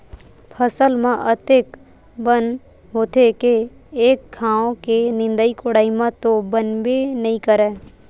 फसल म अतेक बन होथे के एक घांव के निंदई कोड़ई म तो बनबे नइ करय